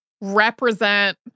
represent